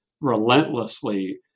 relentlessly